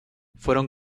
fueron